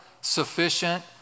sufficient